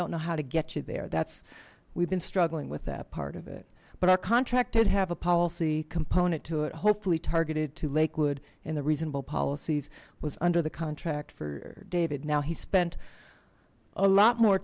don't know how to get you there that's we've been struggling with that part of it but our contract did have a policy component to it hopefully targeted to lakewood and the reasonable policies was under the contract for david now he spent a lot more